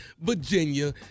Virginia